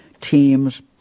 teams